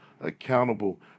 accountable